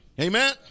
Amen